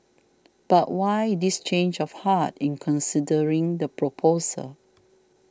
but why this change of heart in considering the proposal